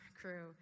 crew